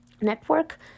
Network